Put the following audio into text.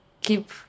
keep